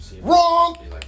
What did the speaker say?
Wrong